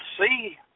see